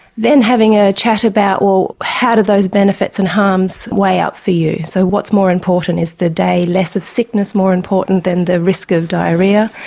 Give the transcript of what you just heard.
then having a chat about, well, how do those benefits and harms weigh up for you? so what's more important, is the day less of sickness more important than the risk of diarrhoea,